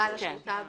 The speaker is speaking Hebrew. בעל השליטה בו.